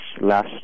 last